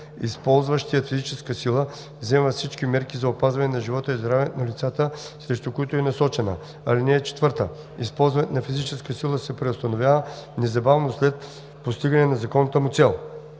Използващият физическа сила взема всички мерки за опазване на живота и здравето на лицата, срещу които е насочена. (4) Използването на физическа сила се преустановява незабавно след постигане на законната му цел.“